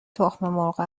تخممرغ